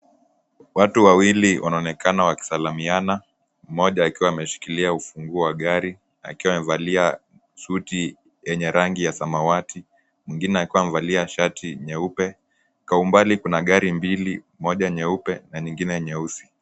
Watu wawili wanaonekana wakisalimiana, mmoja akiwa ameshikilia ufunguo wa gari akiwa amevalia suti yenye rangi ya samawati, mwingine akiwa amevalia shati nyeupe. Kwa umbali kuna gari mbili, moja nyeupe na nyingine nyeusi.